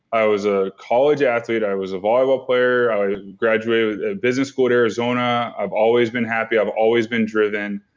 i was a college athlete, i was a volleyball player. i graduated business school arizona, i've always been happy, i've always been driven.